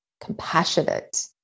compassionate